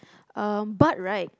um but right